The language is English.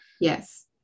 Yes